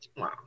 Wow